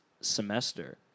semester